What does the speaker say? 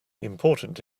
important